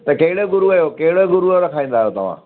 त कहिड़े गुरूअ जो कहिड़े गुरूअ जो रखराईंदा आहियो तव्हां